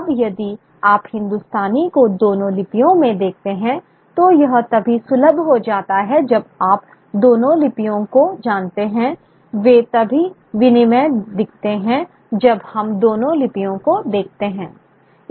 अब यदि आप हिंदुस्तानी को दोनों लिपियों में देखते हैं तो यह तभी सुलभ हो जाता है जब आप दोनों लिपियों को जानते हैं वे तभी विनिमेय दिखते हैं जब हम दोनों लिपियों को देखते हैं